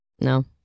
No